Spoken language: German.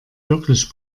wirklich